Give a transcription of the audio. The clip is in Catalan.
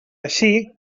així